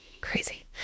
Crazy